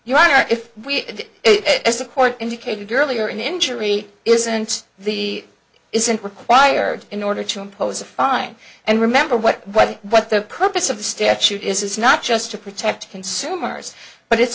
your honor if we did it as a court indicated earlier an injury isn't the isn't required in order to impose a fine and remember what what what the purpose of the statute is is not just to protect consumers but it's